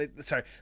sorry